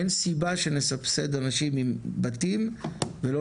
אין סיבה שנסבסד אנשים עם בתים ולא